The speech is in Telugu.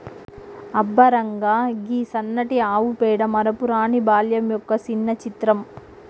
అబ్బ రంగా, గీ సన్నటి ఆవు పేడ మరపురాని బాల్యం యొక్క సిన్న చిత్రం